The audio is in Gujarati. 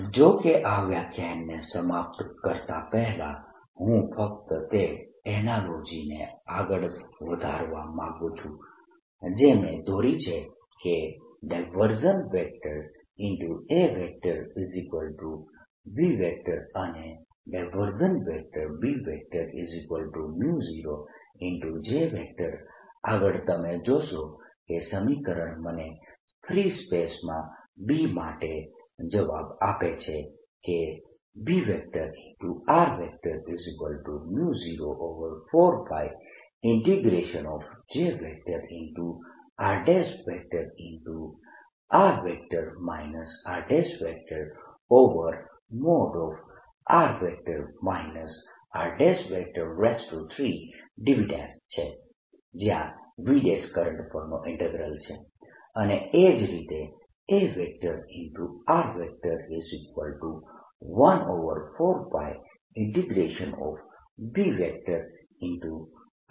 જો કે આ વ્યાખ્યાનને સમાપ્ત કરતા પહેલા હું ફક્ત તે એનાલોજીને આગળ વધારવા માંગું છું જે મેં દોરી છે કે AB અને B0J આગળ તમે જોશો કે આ સમીકરણ મને ફ્રી સ્પેસમાં B માટે જવાબ આપે છે કે B04πjr×r rr r3dV છે જ્યાં dV કરંટ પરનો ઈન્ટીગ્રલ છે અને એ જ રીતે A14πBr×r rr r3dV થશે